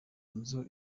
nzu